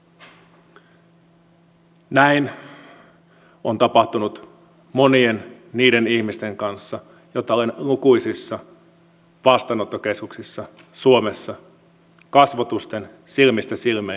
näin on tapahtunut monien niiden ihmisten kohdalla joita olen lukuisissa vastaanottokeskuksissa suomessa kasvotusten silmistä silmiin kohdannut